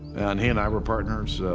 and he and i were partners.